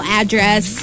address